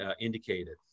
indicated